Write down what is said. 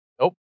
Nope